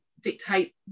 dictate